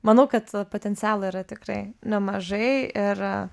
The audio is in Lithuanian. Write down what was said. manau kad potencialo yra tikrai nemažai ir